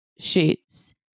shoots